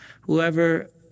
Whoever